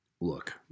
look